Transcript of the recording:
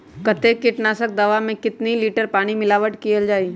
कतेक किटनाशक दवा मे कितनी लिटर पानी मिलावट किअल जाई?